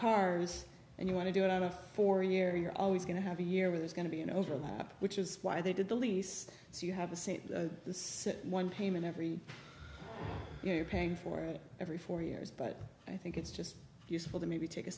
cars and you want to do it on a four year you're always going to have a year where there's going to be an overlap which is why they did the lease so you have the same the same one payment every year you're paying for it every four years but i think it's just useful to maybe take a